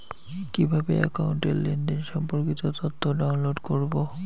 কিভাবে একাউন্টের লেনদেন সম্পর্কিত তথ্য ডাউনলোড করবো?